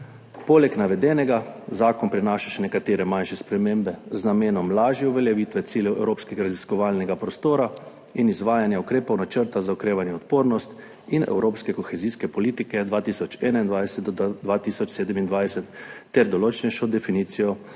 Poleg navedenega zakon prinaša še nekatere manjše spremembe z namenom lažje uveljavitve ciljev evropskega raziskovalnega prostora in izvajanja ukrepov Načrta za okrevanje in odpornost in evropske kohezijske politike 2021–2027 ter določnejšo definicijo